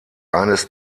eines